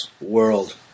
world